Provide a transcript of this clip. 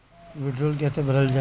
वीडरौल कैसे भरल जाइ?